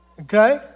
Okay